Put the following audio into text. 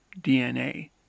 DNA